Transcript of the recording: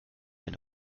wenn